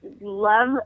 love